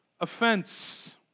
offense